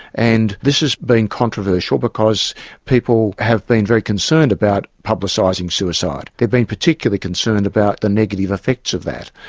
and this has been controversial because people have been very concerned about publicising suicide they've been particularly concerned about the negative effects of that.